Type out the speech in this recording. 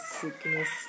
sickness